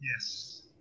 yes